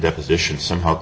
deposition somehow